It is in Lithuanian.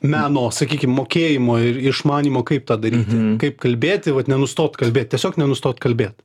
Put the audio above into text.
meno sakykim mokėjimo ir išmanymo kaip tą daryti kaip kalbėti vat nenustot kalbėt tiesiog nenustot kalbėt